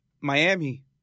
Miami